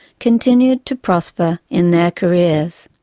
continued to prosper in their careers.